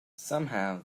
somehow